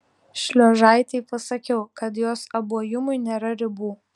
šliuožaitei pasakiau kad jos abuojumui nėra ribų